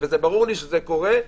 ברור לי שזה קורה.